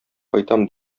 кайтам